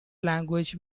language